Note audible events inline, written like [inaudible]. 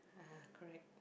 [laughs] correct